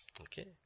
Okay